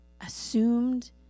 assumed